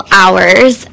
hours